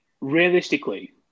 Realistically